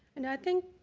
and i think